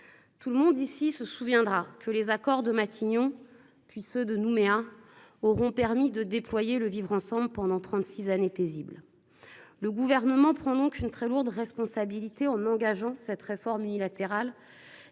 Tout le monde ici se souviendra que les accords de Matignon et de Nouméa auront permis de déployer le vivre ensemble pendant trente six années paisibles. Le Gouvernement prend donc une très lourde responsabilité en engageant cette réforme unilatérale,